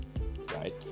right